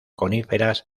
coníferas